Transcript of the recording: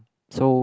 so